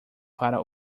para